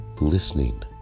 listening